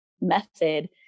method